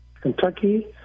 kentucky